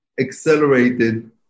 accelerated